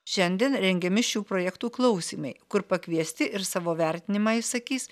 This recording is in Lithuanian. šiandien rengiami šių projektų klausymai kur pakviesti ir savo vertinimą išsakys